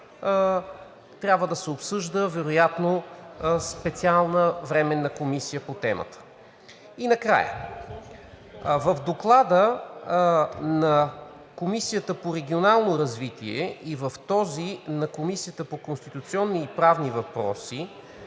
трябва да се обсъжда вероятно в специална временна комисия по темата. И накрая, в Доклада на Комисията по регионално развитие и в този на Комисията по конституционни и правни въпроси